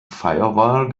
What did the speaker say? firewall